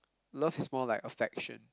love is more like affection